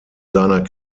seiner